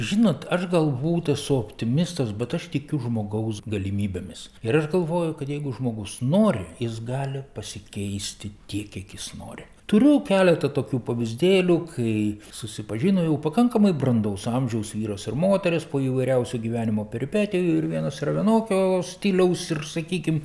žinot aš galbūt esu optimistas bet aš tikiu žmogaus galimybėmis ir aš galvoju kad jeigu žmogus nori jis gali pasikeisti tiek kiek jis nori turiu keletą tokių pavyzdėlių kai susipažino jau pakankamai brandaus amžiaus vyras ir moteris po įvairiausių gyvenimo peripetijų ir vienas vienokio stiliaus ir sakykim